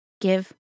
give